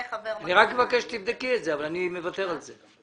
אני רק מבקש שתבדקי את זה אבל אני מוותר על זה.